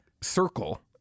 circle